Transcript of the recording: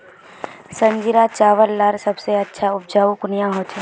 संजीरा चावल लार सबसे अच्छा उपजाऊ कुनियाँ होचए?